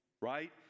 right